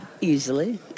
Easily